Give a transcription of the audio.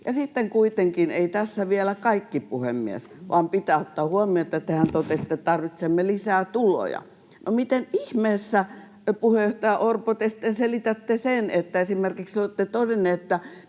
sitten kuitenkin, ei tässä vielä kaikki, puhemies, pitää ottaa huomioon, että tehän totesitte, että tarvitsemme lisää tuloja. No, miten ihmeessä, puheenjohtaja Orpo, te sitten selitätte sen, että esimerkiksi olette todennut, että